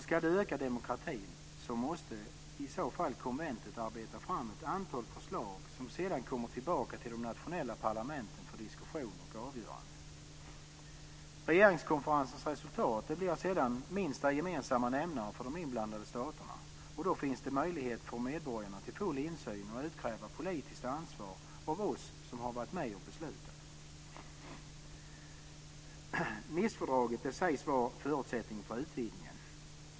Ska det öka demokratin måste i så fall konventet arbeta fram ett antal förslag som sedan kommer tillbaka till de nationella parlamenten för diskussion och avgörande. Regeringskonferensens resultat blir sedan minsta gemensamma nämnare för de inblandade staterna. Då finns det möjlighet för medborgarna till full insyn och utkrävande av politiskt ansvar av oss som har varit med och beslutat. Nicefördraget sägs vara förutsättningen för utvidgningen.